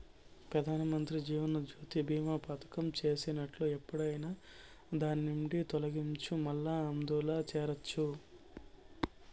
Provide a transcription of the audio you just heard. పెదానమంత్రి జీవనజ్యోతి బీమా పదకం చేసినట్లు ఎప్పుడైనా దాన్నిండి తొలగచ్చు, మల్లా అందుల చేరచ్చు